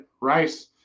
rice